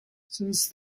since